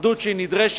אחדות שהיא נדרשת,